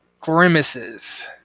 grimaces